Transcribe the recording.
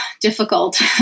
difficult